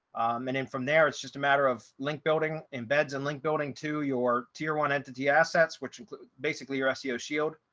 and then from there, it's just a matter of link building embeds and link building to your tier one entity assets which include basically your seo shield,